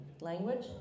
language